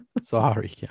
Sorry